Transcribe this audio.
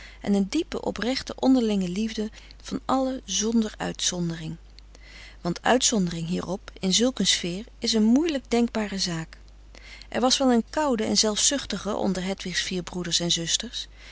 en een diepe oprechte onderlinge liefde van allen zonder uitzondering want uitzondering hierop in zulk een sfeer is een moeielijk denkbare zaak er was wel een koude en zelfzuchtige onder hedwigs vier broeders en zusters